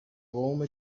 قوم